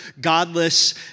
godless